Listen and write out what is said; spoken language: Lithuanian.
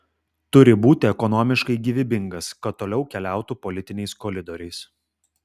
turi būti ekonomiškai gyvybingas kad toliau keliautų politiniais koridoriais